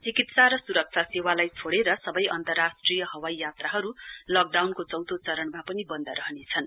चिकित्सा र सुरक्षा सेवालाई छोडेर सबै अन्तर्राष्ट्रिय हवाई यात्राहरू लकडाउनको चौथो चरणमा पनि बन्द रहनेछन्